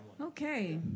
Okay